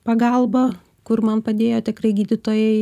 pagalba kur man padėjo tikrai gydytojai